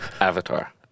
Avatar